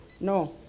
No